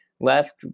left